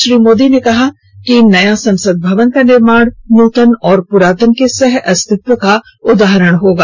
श्री मोदी ने कहा कि नया संसद भवन का निर्माण नूतन और पुरातन के सह अस्तित्व का उदाहरण होगा